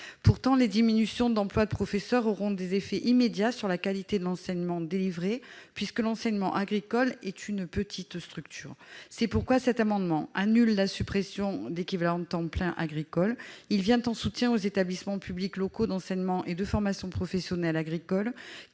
pourtant les diminutions d'emplois de professeurs auront des effets immédiats sur la qualité de l'enseignement délivré puisque l'enseignement agricole est une petite structure, c'est pourquoi cet amendement annule la suppression d'équivalents temps plein agricole, il vient en soutien aux établissements publics locaux d'enseignement et de formation professionnelle agricole